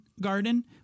garden